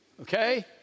Okay